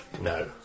no